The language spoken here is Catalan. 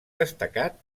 destacat